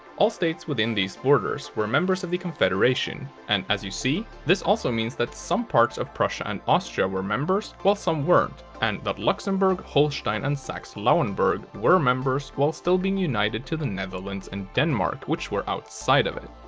all states within these borders were members of the confederation, and as you see, this also means that some parts of prussia and austria were members, while some weren't and that luxembourg, holstein and saxe-lauenburg were members while still being united to the netherlands and denmark, which were outside of it.